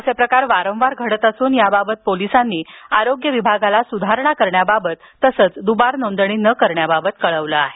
असे प्रकार वारंवार घडत असून याबाबत पोलिसांनी आरोग्य विभागाला सुधारणा करण्याबाबत तसंच द्बार नोंदणी न करण्याबाबत कळवलं आहे